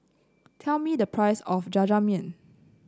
tell me the price of Jajangmyeon